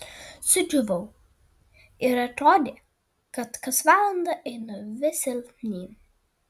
sudžiūvau ir atrodė kad kas valandą einu vis silpnyn